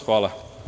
Hvala.